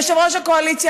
יושב-ראש הקואליציה,